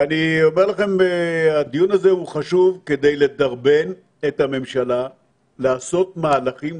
ואני אומר לכם שהדיון הזה הוא חשוב כדי לדרבן את הממשלה לעשות מהלכים,